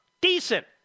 decent